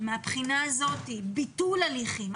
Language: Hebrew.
מהבחינה הזאת לביטול הליכים,